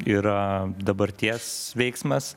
yra dabarties veiksmas